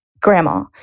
grandma